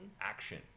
action